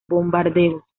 bombardeos